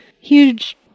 huge